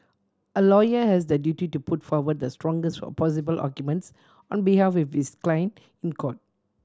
a lawyer has the duty to put forward the strongest possible arguments on behalf of his client in court